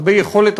הרבה יכולת,